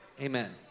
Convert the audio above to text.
Amen